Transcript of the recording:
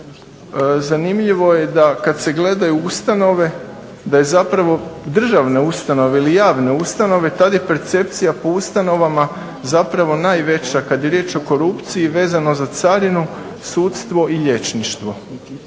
Zanimljivo je da kad se gledaju ustanove da je zapravo državne ustanove ili javne ustanove tad je percepcija po ustanovama zapravo najveća kad je riječ o korupciji vezano za carinu, sudstvo i lječništvo